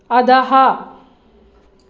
अधः